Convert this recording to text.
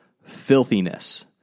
filthiness